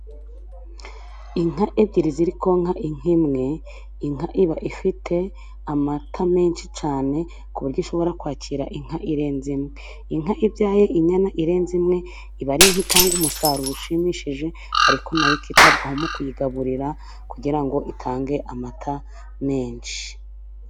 Inka ebyiri ziri konka inka imwe, inka iba ifite amata menshi cyane ku buryo ishobora kwakira inka irenze imwe, inka ibyaye inyana irenze imwe iba ari inka itanga umusaruro ushimishije, ariko na yo ikitabwaho mu kuyigaburira kugira ngo itange amata menshi.